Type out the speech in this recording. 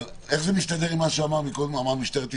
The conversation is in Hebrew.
אבל איך זה מסתדר עם מה שאמרה מקודם משטרת ישראל?